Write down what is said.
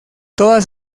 todas